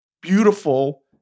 beautiful